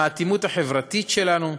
מהאטימות החברתית שלנו.